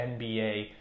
NBA